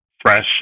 fresh